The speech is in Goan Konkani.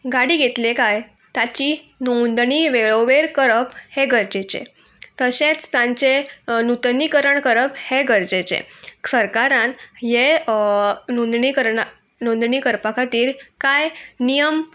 गाडी घेतले काय ताची नोंदणी वेळोवेर करप हे गरजेचे तशेंच तांचे नुतनीकरण करप हें गरजेचें सरकारान हे नोंदणीकरणा नोंदणी करपा खातीर कांय नियम